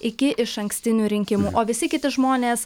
iki išankstinių rinkimų o visi kiti žmonės